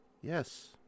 Yes